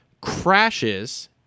crashes